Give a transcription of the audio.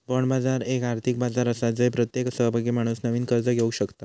bond बाजार एक आर्थिक बाजार आसा जय प्रत्येक सहभागी माणूस नवीन कर्ज घेवक शकता